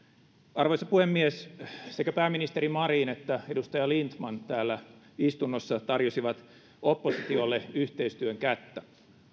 arvoisa puhemies sekä pääministeri marin että edustaja lindtman täällä istunnossa tarjosivat oppositiolle yhteistyön kättä